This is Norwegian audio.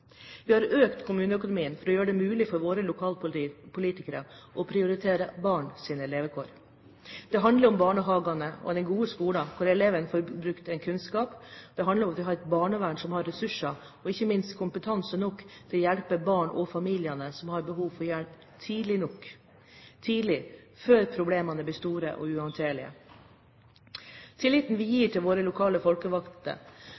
Vi har økt kommuneøkonomien for å gjøre det mulig for våre lokalpolitikere å prioritere barns levekår. Det handler om barnehager og en god skole hvor elevene får brukt sin kunnskap, det handler om et barnevern som har ressurser, og ikke minst kompetanse nok, til å hjelpe barn og familier som har behov for hjelp – tidlig, før problemene blir store og uhåndterlige. Tilliten